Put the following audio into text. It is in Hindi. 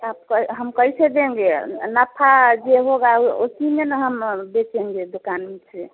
आपको हम कैसे देंगे नफ़ा जो होगा उसी में न हम बेचेंगे दुकान से